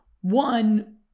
One